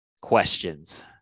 Questions